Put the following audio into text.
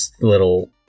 little